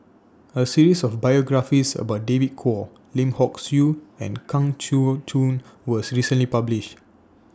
A series of biographies about David Kwo Lim Hock Siew and Kang Siong Joo was recently published